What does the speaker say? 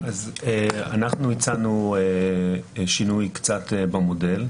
אנחנו הצענו שינוי במודל.